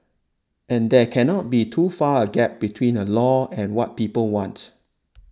and there cannot be too far a gap between a law and what people want